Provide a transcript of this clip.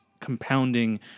compounding